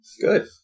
Good